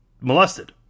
molested